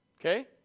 Okay